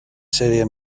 serie